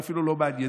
זה אפילו לא מעניין.